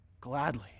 Gladly